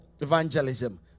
evangelism